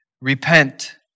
Repent